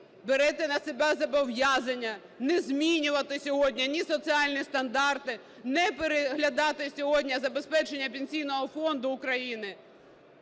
берете на себе зобов'язання не змінювати сьогодні ні соціальні стандарти, не переглядати сьогодні забезпечення Пенсійного фонду України,